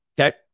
Okay